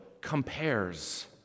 compares